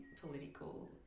political